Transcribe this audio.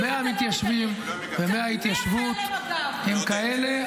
-- מהמתיישבים ומההתיישבות הם כאלה.